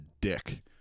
dick